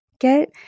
Get